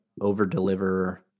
over-deliver